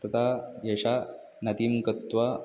तदा एषा नदीं गत्वा